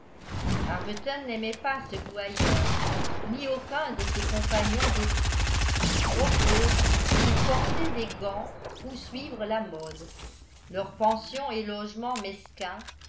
arbuton n'aimait pas ce gouailleur ni aucun de ses compagnons d'études trop pauvres pour porter des gants ou suivre la mode leurs pensions et logements